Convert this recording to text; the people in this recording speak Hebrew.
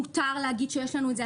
מותר להגיד שיש לנו את זה.